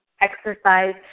exercise